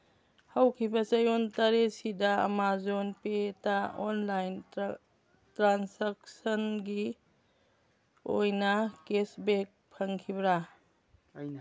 ꯍꯧꯈꯤꯕ ꯆꯌꯣꯜ ꯇꯔꯦꯠꯁꯤꯗ ꯑꯃꯥꯖꯣꯟ ꯄꯦꯗ ꯑꯣꯟꯂꯥꯏꯟ ꯇ꯭ꯔꯥꯟꯁꯦꯛꯁꯟꯒꯤ ꯑꯣꯏꯅ ꯀꯦꯁꯕꯦꯛ ꯐꯪꯈꯤꯕ꯭ꯔꯥ